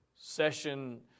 session